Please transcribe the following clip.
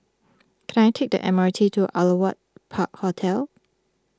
can I take the M R T to Aliwal Park Hotel